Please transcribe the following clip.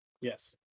Yes